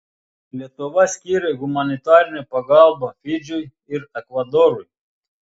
lietuva skyrė humanitarinę pagalbą fidžiui ir ekvadorui